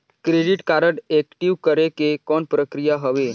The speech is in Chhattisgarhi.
क्रेडिट कारड एक्टिव करे के कौन प्रक्रिया हवे?